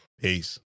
Peace